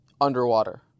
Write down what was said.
underwater